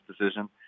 decision